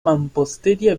mampostería